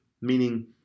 Meaning